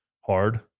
hard